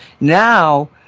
now